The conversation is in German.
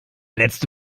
letzte